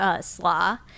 slaw